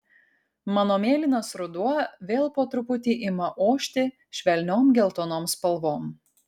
mano mėlynas ruduo vėl po truputį ima ošti švelniom geltonom spalvom